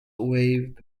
waived